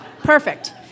Perfect